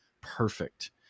perfect